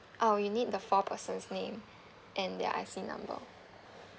oh you need the four person's name and their I_C number